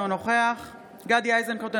אינו נוכח גדי איזנקוט,